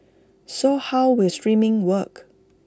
so how will streaming work